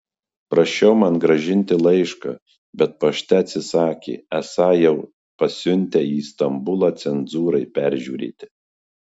prašiau man grąžinti laišką bet pašte atsisakė esą jau pasiuntę į istambulą cenzūrai peržiūrėti